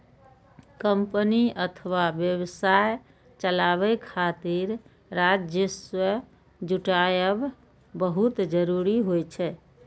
company अथवा व्यवसाय चलाबै खातिर राजस्व जुटायब बहुत जरूरी होइ छै